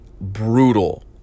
brutal